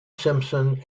simpson